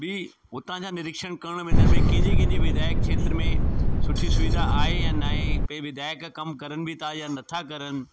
बि हुतां जा निरिक्षण करणु वेंदा आहिनि की भई कंहिंजे कंहिंजे विधायक जे खेत्र में सुठी सुविधा आहे या न आहे भई विधायक कमु करण बि था या नथा करणु